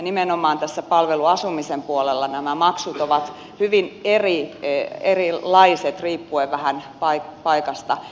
nimenomaan tässä palveluasumisen puolella nämä maksut ovat hyvin erilaiset riippuen vähän paikasta